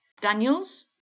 Daniels